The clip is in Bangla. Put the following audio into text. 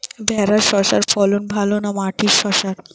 ভেরার শশার ফলন ভালো না মাটির শশার?